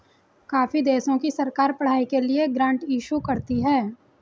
काफी देशों की सरकार पढ़ाई के लिए ग्रांट इशू करती है